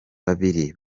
babiri